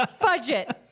Budget